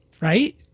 right